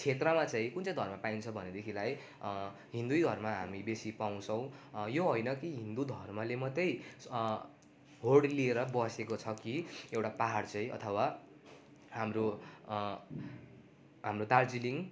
क्षेत्रमा चाहिँ कुन चाहिँ धर्म पाइन्छ भनेदेखिलाई हिन्दू नै धर्म हामी बेसी पाउँछौँ यो होइन कि हिन्दू धर्मले मात्रै होड लिएर बसेको छ कि एउटा पाहाड चाहिँ अथवा हाम्रो हाम्रो दार्जिलिङ